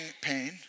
pain